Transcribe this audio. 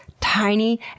tiny